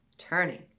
turning